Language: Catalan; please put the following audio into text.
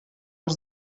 els